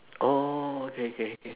oh okay K K